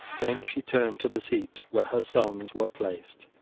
then she turned to the seat where her sons wereplaced,